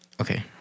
Okay